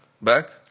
back